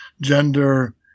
gender